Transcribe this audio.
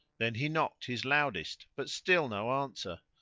then he knocked his loudest but still no answer,